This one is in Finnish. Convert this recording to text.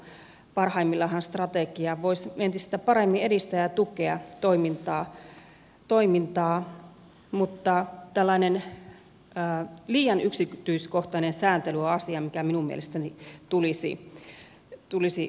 parhaimmillaanhan strategia voisi entistä paremmin edistää ja tukea toimintaa mutta tällainen liian yksityiskohtainen sääntely on asia mitä minun mielestäni tulisi välttää